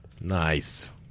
Nice